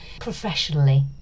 professionally